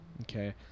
Okay